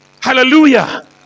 Hallelujah